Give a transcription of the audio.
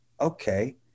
Okay